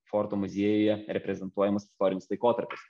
forto muziejuje reprezentuojamus istorinius laikotarpius